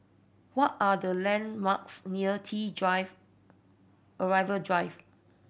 what are the landmarks near T Drive Arrival Drive